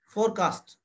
Forecast